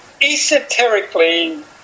esoterically